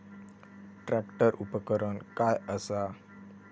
Tractor उपकरण काय असा?